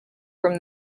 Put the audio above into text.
from